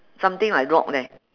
something like rock leh